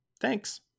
Thanks